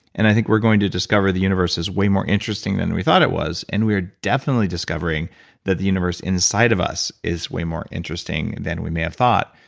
and i think we're going to discover the universe is way more interesting than we thought it was, and we're definitely discovering that the universe inside of us is way more interesting than we may have thought,